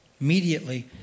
Immediately